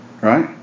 Right